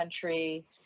country